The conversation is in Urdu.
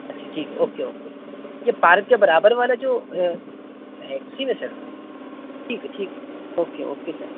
اچھا ٹھیک ہے اوکے اوکے یہ پارک کے برابر والا جو ہے اسی میں سر ٹھیک ہے ٹھیک اوکے اوکے سر